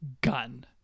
gun